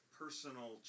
personal